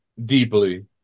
Deeply